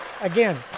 again